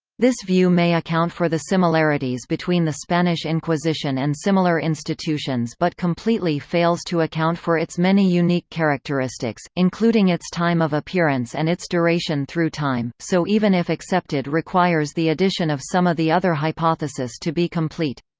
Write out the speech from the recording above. this view may account for the similarities between the spanish inquisition and similar institutions but completely fails to account for its many unique characteristics, including its time of appearance and its duration through time, so even if accepted requires the addition of some of the other hypothesis to be complete.